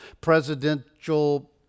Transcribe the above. presidential